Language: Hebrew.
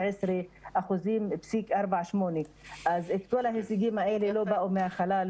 כל ההישגים האלה לא באו מהחלל,